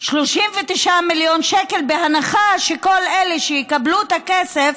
39 מיליון שקל, בהנחה שכל אלה שיקבלו את הכסף